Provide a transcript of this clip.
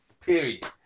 Period